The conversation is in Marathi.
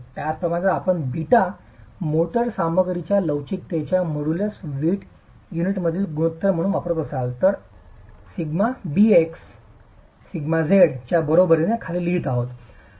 त्याचप्रमाणे जर आपण β मोर्टार सामग्रीच्या लवचिकतेच्या मोड्युलसच्या वीट युनिटमधील गुणोत्तर म्हणून वापरत असाल तर σbx σz च्या बरोबरीने खाली लिहित आहोत